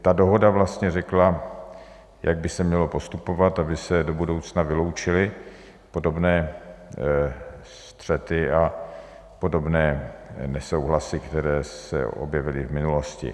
Ta dohoda řekla, jak by se mělo postupovat, aby se do budoucna vyloučily podobné střety a podobné nesouhlasy, které se objevily v minulosti.